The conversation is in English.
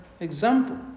Example